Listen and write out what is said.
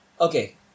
Okay